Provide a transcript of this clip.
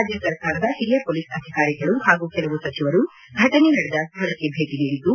ರಾಜ್ಯ ಸರ್ಕಾರದ ಹಿರಿಯ ಪೊಲೀಸ್ ಅಧಿಕಾರಿಗಳು ಹಾಗೂ ಕೆಲವು ಸಚಿವರು ಫಟನೆ ನಡೆದ ಸ್ಥಳಕ್ಕೆ ಭೇಟ ನೀಡಿದ್ದು